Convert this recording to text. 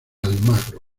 almagro